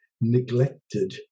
neglected